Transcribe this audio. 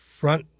front